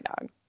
dog